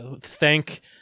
thank